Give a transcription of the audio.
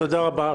תודה רבה.